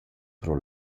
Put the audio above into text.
pro